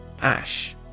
Ash